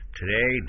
today